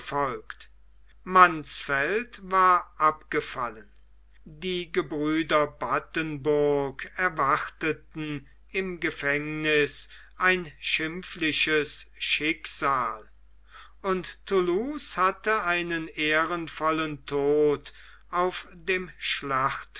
mansfeld war abgefallen die gebrüder battenburg erwarteten im gefängnisse ein schimpfliches schicksal und thoulouse hatte einen ehrenvollen tod auf dem